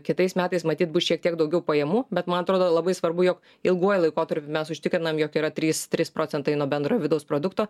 kitais metais matyt bus šiek tiek daugiau pajamų bet man atrodo labai svarbu jog ilguoju laikotarpiu mes užtikrinam jog yra trys trys procentai nuo bendrojo vidaus produkto